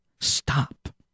stop